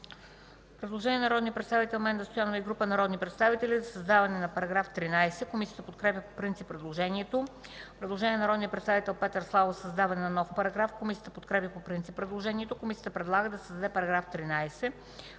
предложение на народния представител Менда Стоянова и група народни представители за създаване на § 13. Комисията подкрепя по принцип предложението. Има предложение на народния представител Петър Славов за създаване на нов параграф. Комисията подкрепя по принцип предложението. Комисията предлага да се създаде § 13: „§ 13.